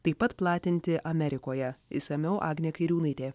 taip pat platinti amerikoje išsamiau agnė kairiūnaitė